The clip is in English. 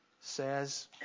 says